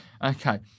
Okay